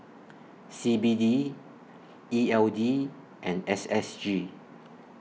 C B D E L D and S S G